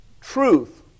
truth